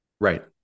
Right